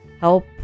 help